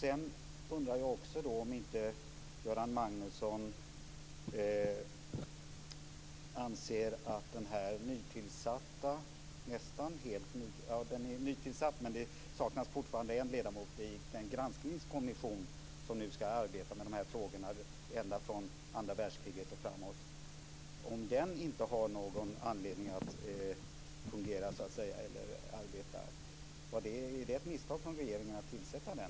Jag undrar också om Göran Magnusson anser att den nytillsatta granskningskommission - det saknas fortfarande en ledamot - som nu skall arbeta med dessa frågor och granska vad som hänt efter andra världskriget och framåt inte har någon anledning att arbeta. Är det ett misstag från regeringen att tillsätta den?